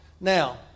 Now